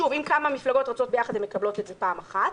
אם כמה מפלגות רצות ביחד הן מקבלות את זה פעם אחת.